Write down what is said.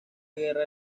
guerra